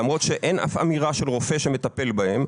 למרות שאין אף אמירה של רופא שמטפל בהם,